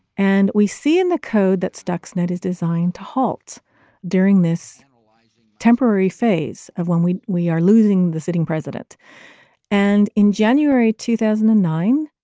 and we see in the code that stuxnet is designed to halt during this temporary phase of when we we are losing the sitting president and in january two thousand and nine,